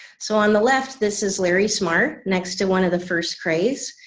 so on the left this is larry smarr next to one of the first crays.